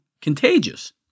contagious